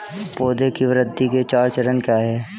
पौधे की वृद्धि के चार चरण क्या हैं?